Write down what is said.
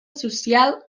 social